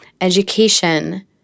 Education